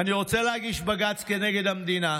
"אני רוצה להגיש בג"ץ כנגד המדינה,